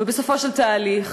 ובסופו של תהליך